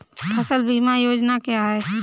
फसल बीमा योजना क्या है?